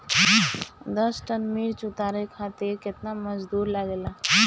दस टन मिर्च उतारे खातीर केतना मजदुर लागेला?